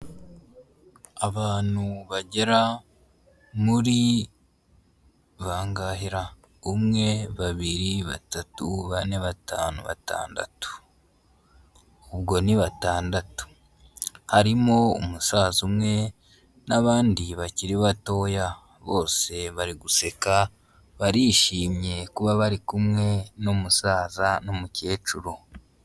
Abantu bagera muri bangahe ra? umwe, babiri, batatu ,bane, batanu, batandatu, ubwo ni batandatu, harimo umusaza umwe n'abandi bakiri batoya, bose bari guseka barishimye kuba bari kumwe n'umusaza n'umukecuru.